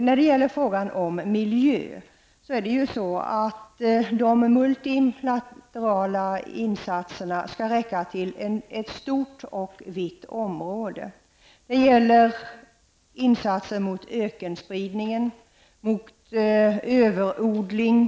När det gäller frågan om miljön skall de multilaterala insatserna räcka till ett stort och vitt område. Det gäller då insatser för att förhindra ökenspridning och överodling.